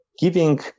giving